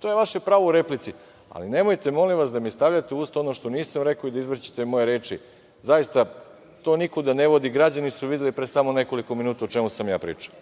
to je vaše pravo u replici, ali nemojte, molim vas, da mi stavljate u usta ono što nisam rekao i da izvrćete moje reči. Zaista, to nikuda ne vodi. Građani su videli pre samo nekoliko minuta o čemu sam ja pričao.